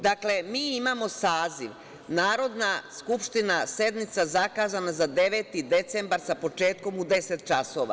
Dakle, mi imamo saziv, Narodna skupština sednica zakazana za 9. decembar sa početkom u 10,00 časova.